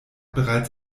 bereits